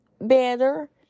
better